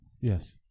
Yes